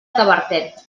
tavertet